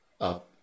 up